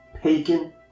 pagan